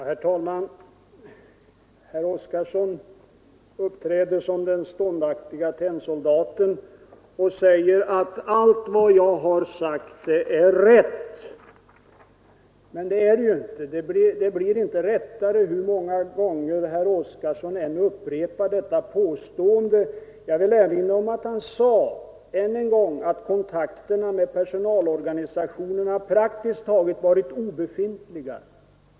Herr talman! Herr Oskarson uppträder som den ståndaktige tennsoldaten och säger: Allt vad jag har sagt är rätt. — Men det är det inte, och herr Oskarsons påståenden blir inte riktigare för att han upprepar dem många gånger. Jag vill än en gång erinra om att han sade att kontakterna med personalorganisationerna praktiskt taget varit obefintliga.